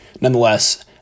nonetheless